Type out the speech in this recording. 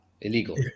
Illegal